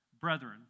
Brethren